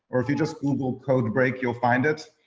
or if you just google code break, you'll find it.